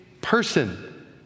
person